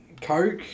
coke